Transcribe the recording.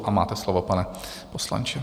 A máte slovo, pane poslanče.